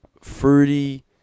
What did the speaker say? fruity